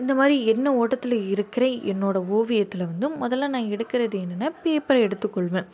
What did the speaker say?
இந்த மாதிரி எண்ண ஓட்டத்தில் இருக்கிற என்னோடய ஓவியத்தில் வந்தும் முதல்ல நான் எடுக்கிறது என்னென்னா பேப்பரை எடுத்து கொள்வேன்